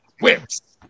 Whips